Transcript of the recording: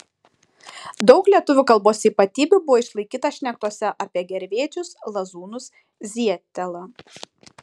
daug lietuvių kalbos ypatybių buvo išlaikyta šnektose apie gervėčius lazūnus zietelą